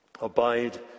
Abide